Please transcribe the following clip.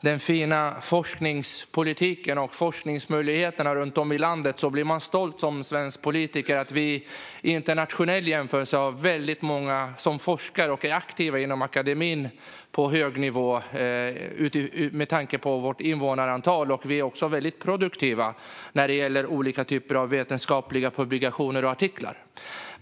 den fina forskningspolitiken och forskningsmöjligheterna runt om i landet blir man som svensk politiker stolt att vi i Sverige i internationell jämförelse har väldigt många som forskar och är aktiva inom akademin på hög nivå med tanke på vårt invånarantal. Vi är också väldigt produktiva när det gäller olika vetenskapliga publikationer och artiklar.